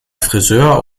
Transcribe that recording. frisör